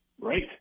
Right